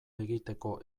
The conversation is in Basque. egiteko